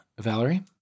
Valerie